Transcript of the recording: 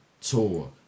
tour